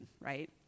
right